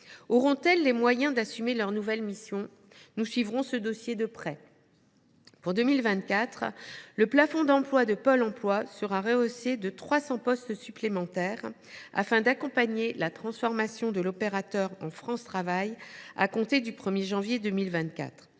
Auront elles les moyens d’assumer leurs nouvelles missions ? Nous suivrons ce dossier de près. Pour 2024, le plafond d’emplois de Pôle emploi sera rehaussé de 300 postes supplémentaires, afin d’accompagner sa transformation en « France Travail » à compter du 1 janvier 2024.